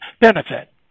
benefit